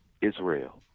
Israel